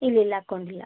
ഇല്ലില്ലാ അക്കൗണ്ട് ഇല്ല